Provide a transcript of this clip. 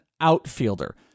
outfielder